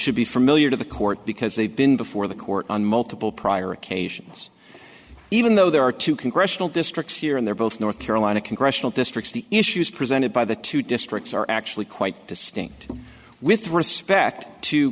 should be familiar to the court because they've been before the court on multiple prior occasions even though there are two congressional districts here and they're both north carolina congressional districts the issues presented by the two districts are actually quite distinct with respect to